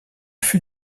fut